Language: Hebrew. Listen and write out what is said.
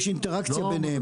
יש אינטראקציה ביניהם.